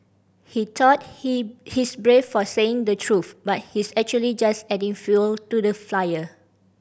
he thought he he's brave for saying the truth but he's actually just adding fuel to the fire